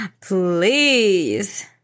please